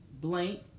blank